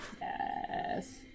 Yes